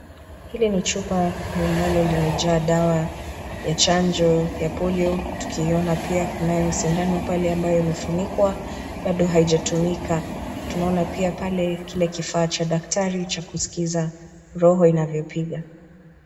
Hili ni chupa ambalo limejaa dawa ya chanjo ya polio . Tukiona pia kunayo sindano pale ambayo imefunikwa bado haijatumika. Tunaona pia pale kile kifaa cha daktari cha kuskiza roho inavyopiga.